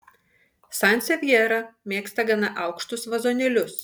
sansevjera mėgsta gana aukštus vazonėlius